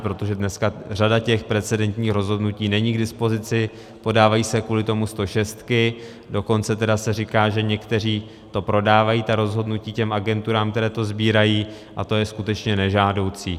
Protože dneska řada těch precedentních rozhodnutí není k dispozici, podávají se kvůli tomu stošestky, dokonce se říká, že někteří prodávají ta rozhodnutí agenturám, které to sbírají a to je skutečně nežádoucí.